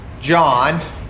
John